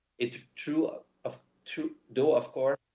it true, of of true, though of course,